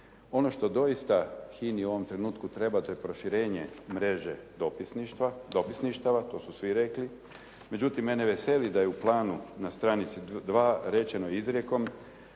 Ono što doista HINA-i u ovom trenutku treba, a to je proširenje mreže dopisništava, to su svi rekli. Međutim mene veseli da je u planu na stranici 2 rečeno izrijekom